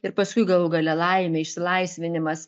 ir paskui galų gale laimė išsilaisvinimas